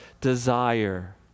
desire